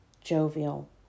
jovial